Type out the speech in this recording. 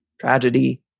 tragedy